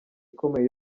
ikomeye